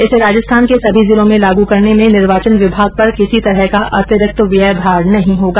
इसे राजस्थान के सभी जिलों में लागू करने में निर्वाचन विभाग पर किसी तरह का अतिरिक्त व्ययभार नहीं होगा